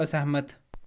असैह्मत